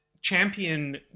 champion